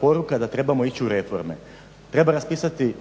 poruka da trebamo ići u reforme. Treba raspisati